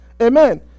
Amen